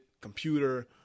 computer